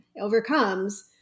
overcomes